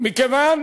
מכיוון